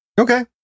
Okay